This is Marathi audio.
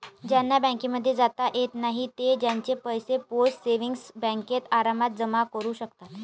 ज्यांना बँकांमध्ये जाता येत नाही ते त्यांचे पैसे पोस्ट सेविंग्स बँकेत आरामात जमा करू शकतात